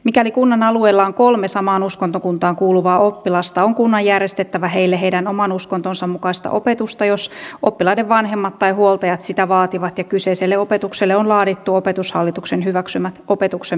mikäli kunnan alueella on kolme samaan uskontokuntaan kuuluvaa oppilasta on kunnan järjestettävä heille heidän oman uskontonsa mukaista opetusta jos oppilaiden vanhemmat tai huoltajat sitä vaativat ja kyseiselle opetukselle on laadittu opetushallituksen hyväksymät opetuksen perusteet